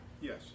Yes